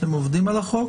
אתם עובדים על החוק?